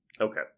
Okay